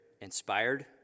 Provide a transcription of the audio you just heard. inspired